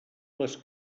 les